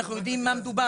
אנחנו יודעים על מה מדובר.